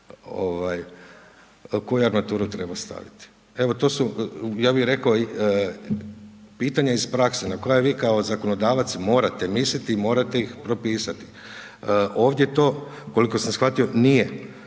koju armaturu treba staviti? To su, ja bi rekao pitanja iz prakse, na koja vi kao zakonodavac morate misliti i morate ih propisati. Ovdje to koliko sam shvatio nije